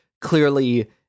clearly